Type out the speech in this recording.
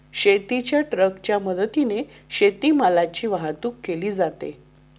शेतीच्या ट्रकच्या मदतीने शेतीमालाची वाहतूक केली जाते